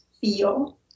feel